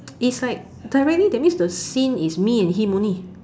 is like directly that means the scene is me and him only